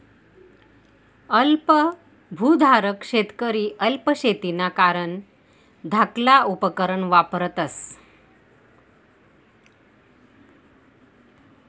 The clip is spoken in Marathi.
अल्प भुधारक शेतकरी अल्प शेतीना कारण धाकला उपकरणं वापरतस